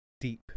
deep